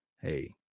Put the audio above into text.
hey